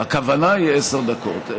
הכוונה היא לעשר דקות,